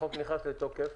החוק נכנס לתוקף,